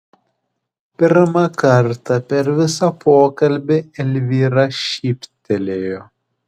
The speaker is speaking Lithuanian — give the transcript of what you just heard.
pirmą kartą per visą pokalbį elvyra šyptelėjo